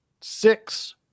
six